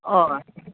हय